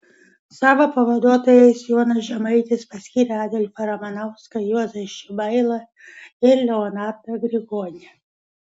savo pavaduotojais jonas žemaitis paskyrė adolfą ramanauską juozą šibailą ir leonardą grigonį